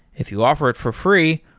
if you offer it for free,